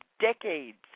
decades